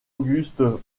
auguste